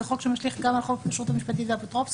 זה חוק שמשליך גם על חוק הכשרות המשפטית והאפוטרופסות,